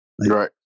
right